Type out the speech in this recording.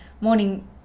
morning